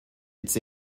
its